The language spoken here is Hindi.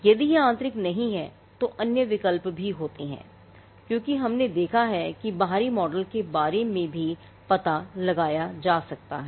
यदि यह आंतरिक नहीं है तो अन्य विकल्प भी होते हैं क्योंकि हमने देखा था कि बाहरी मॉडल के बारे में भी पता लगाया जा सकता है